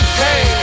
hey